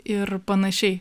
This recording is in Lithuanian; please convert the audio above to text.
ir panašiai